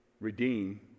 redeem